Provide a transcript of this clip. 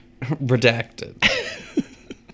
Redacted